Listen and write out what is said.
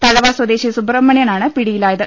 തഴവ സ്വദേശി സുബ്രഹ്മണ്യനാണ് പിടിയിലായത്